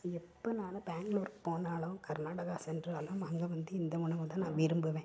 எப்போ நான் பேங்ளூர் போனாலும் கர்நாடகா சென்றாலும் அங்கே வந்து இந்த உணவு தான் நான் விரும்புவேன்